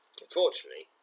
Unfortunately